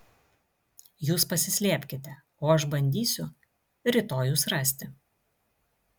jūs pasislėpkite o aš bandysiu rytoj jus rasti